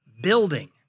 building